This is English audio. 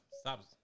Stop